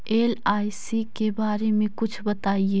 LIC के बारे मे कुछ बताई?